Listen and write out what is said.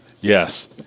Yes